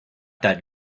that